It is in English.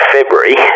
February